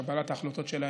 קבלת ההחלטות שלהם.